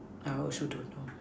I also don't know